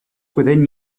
within